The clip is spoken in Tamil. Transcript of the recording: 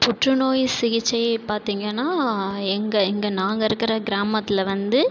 புற்றுநோய் சிகிச்சையை பார்த்தீங்கன்னா எங்கள் இங்கே நாங்கள் இருக்கிற கிராமத்தில் வந்து